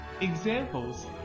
Examples